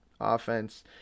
offense